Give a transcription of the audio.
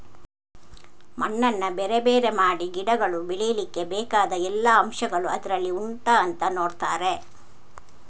ಮಣ್ಣನ್ನ ಬೇರೆ ಬೇರೆ ಮಾಡಿ ಗಿಡಗಳು ಬೆಳೀಲಿಕ್ಕೆ ಬೇಕಾದ ಎಲ್ಲಾ ಅಂಶಗಳು ಅದ್ರಲ್ಲಿ ಉಂಟಾ ಅಂತ ನೋಡ್ತಾರೆ